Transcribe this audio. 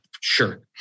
sure